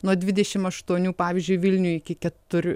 nuo dvidešim aštuonių pavyzdžiui vilniuj iki ketur